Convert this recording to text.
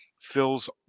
fills